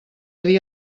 dia